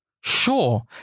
sure